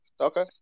Okay